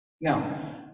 Now